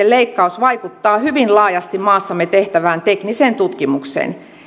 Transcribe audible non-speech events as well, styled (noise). (unintelligible) leikkaus vaikuttaa hyvin laajasti maassamme tehtävään tekniseen tutkimukseen